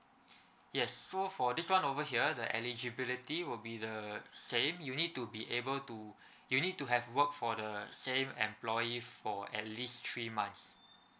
yes so for this one over here the eligibility will be the same you need to be able to you need to have work for the same employee for at least three months